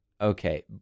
Okay